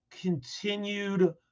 continued